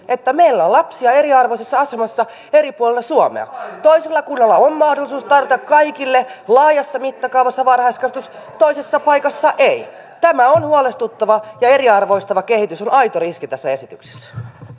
että meillä on lapsia eriarvoisessa asemassa eri puolilla suomea toisissa kunnissa on mahdollisuus tarjota kaikille laajassa mittakaavassa varhaiskasvatus toisissa paikoissa ei tämä on huolestuttavaa ja eriarvoistava kehitys on aito riski tässä esityksessä